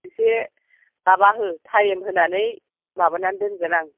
एसे माबा हो टाइम होनानै माबानानै दोनगोन आं